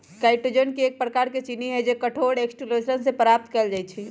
chitosan एक प्रकार के चीनी हई जो कठोर एक्सोस्केलेटन से प्राप्त कइल जा हई